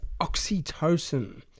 oxytocin